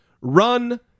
run